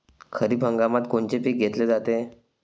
खरिप हंगामात कोनचे पिकं घेतले जाते?